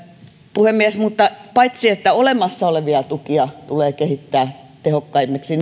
puhemies paitsi että olemassa olevia tukia tulee kehittää tehokkaammiksi